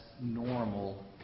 normal